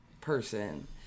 person